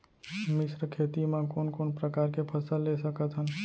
मिश्र खेती मा कोन कोन प्रकार के फसल ले सकत हन?